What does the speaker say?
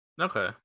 Okay